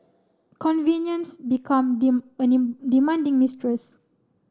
convenience become demanding mistress